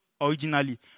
originally